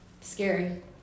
Scary